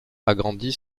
agrandit